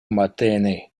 matene